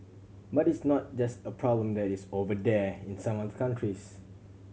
but it's not just a problem that is 'over there' in some other countries